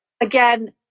again